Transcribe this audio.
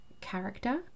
character